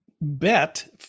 bet